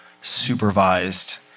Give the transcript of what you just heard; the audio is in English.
supervised